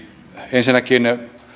ensinnäkin